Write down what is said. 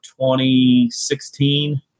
2016